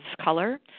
color